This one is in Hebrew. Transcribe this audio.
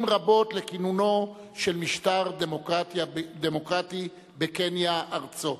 רבות לכינונו של משטר דמוקרטי בקניה ארצו.